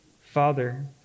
Father